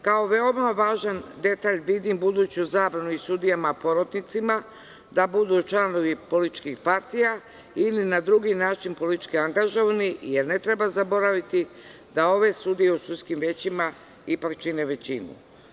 Kao veoma važan detalj vidim buduću zabranu i sudijama porotnicima da budu članovi političkih partija, ili na drugi način politički angažovani, jer ne treba zaboraviti da ove sudije u sudskim većima ipak čine većinu.